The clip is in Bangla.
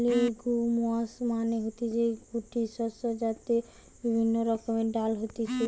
লেগুমস মানে হতিছে গুটি শস্য যাতে বিভিন্ন রকমের ডাল হতিছে